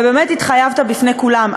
ובאמת התחייבת בפני כולם,